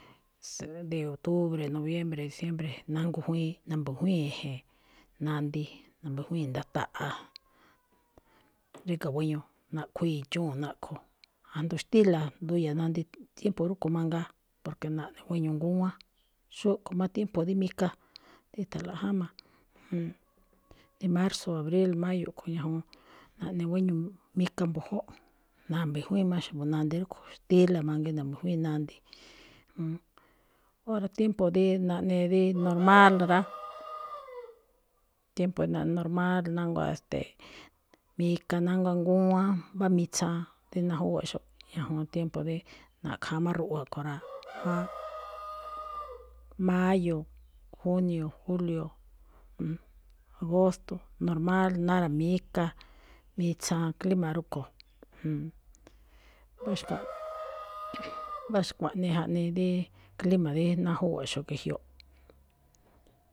se- octubre, noviembre, diciembre, nangujwíin- nambujwíin e̱je̱n nandii, nambujwíi̱n, nda̱ta̱ꞌa̱ꞌ ríga̱ gueño, na̱ꞌkho̱ idxúu̱n naꞌkho̱, ajndo xtíla̱ nduya̱ nandii tiempo rúꞌkho̱ mangaa, porque naꞌne guéño ngúwán. Xúꞌkho̱ má tiempo dí mika, xó e̱tha̱nlo̱ꞌ jáma̱. dí marzo, abril, mayo kho̱ ñajuun naꞌne guéño mika mbu̱júꞌ, nambijwíin má xa̱bo̱ nandii rúꞌkho̱, xtíla̱ mangiin nambujwíin nandii. Ora tiempo dí naꞌne rí normal rá, tiempo dí naꞌne normal nánguá mika, nánguá ngúwán, mbá mitsaan dí ná júwa̱ꞌxo̱ꞌ ñajuun tiempo dí na̱ꞌkha̱a má ruꞌwa kho̱ rá, mayo, junio, julio, agosto, normal nára̱míka, mitsaan clima rúꞌkho̱. mbá xkuaꞌnii jaꞌnii dí clima dí ná júwa̱ꞌxo̱ꞌ ge̱jyoꞌ.